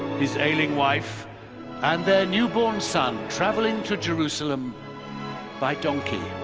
his ailing wife and their newborn son, traveling to jerusalem by donkey.